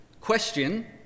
Question